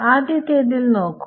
ആദ്യത്തെതിൽ നോക്കുക